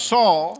Saul